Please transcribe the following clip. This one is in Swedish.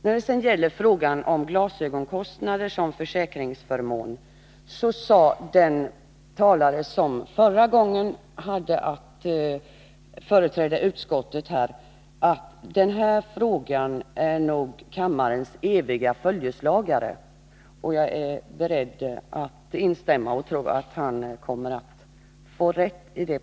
När det sedan gäller frågan om glasögonkostnader som försäkringsförmån, sade den talare som förra gången hade att företräda utskottet här att denna fråga nog är kammarens eviga följeslagare, och jag är beredd att instämma i det påpekandet och tror att han kommer att få rätt i det.